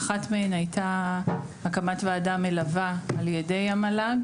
אחת מהן הייתה הקמת ועדה מלווה על ידי המל"ג